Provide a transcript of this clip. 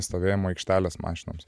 stovėjimo aikštelės mašinoms